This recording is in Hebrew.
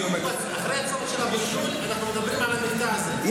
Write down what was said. תשובה רחבה אני אתן לך כמובן בזמן יותר מאוחר,